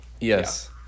Yes